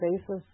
basis